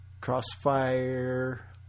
Crossfire